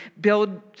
build